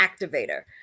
activator